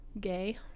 Gay